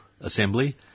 assembly